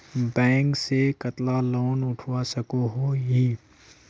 Bank से कतला loan उठवा सकोही?